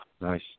Nice